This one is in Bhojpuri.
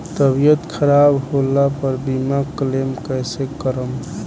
तबियत खराब होला पर बीमा क्लेम कैसे करम?